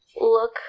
Look